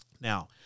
Now